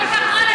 התשע"ח 2018,